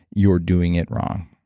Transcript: you're doing it wrong.